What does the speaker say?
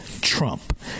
Trump